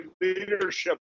leadership